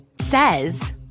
says